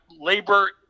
labor